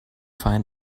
find